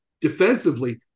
Defensively